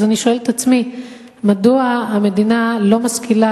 אז אני שואלת את עצמי מדוע המדינה לא משכילה